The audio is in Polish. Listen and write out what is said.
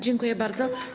Dziękuję bardzo.